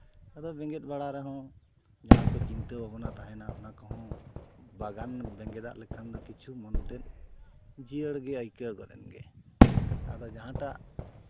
ᱟᱫᱚ ᱵᱮᱸᱜᱮᱫ ᱵᱟᱲᱟ ᱨᱮᱦᱚᱸ ᱡᱟᱦᱟᱸ ᱠᱚ ᱪᱤᱱᱛᱟᱹ ᱵᱷᱟᱵᱽᱱᱟ ᱛᱟᱦᱮᱱᱟ ᱚᱱᱟ ᱠᱚᱦᱚᱸ ᱵᱟᱜᱟᱱ ᱵᱮᱸᱜᱮᱫᱟᱜ ᱞᱮᱠᱷᱟᱱ ᱫᱚ ᱠᱤᱪᱷᱩ ᱢᱮᱱᱛᱮᱜ ᱡᱤᱭᱟᱹᱲᱜᱮ ᱟᱹᱭᱠᱟᱹᱣ ᱜᱚᱫ ᱮᱱᱜᱮ ᱟᱨ ᱡᱟᱦᱟᱸᱴᱟᱜ